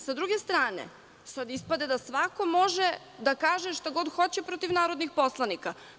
Sa druge strane, sada ispada da svako može da kaže šta god hoće protiv narodnih poslanika.